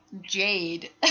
Jade